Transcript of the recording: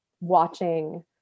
watching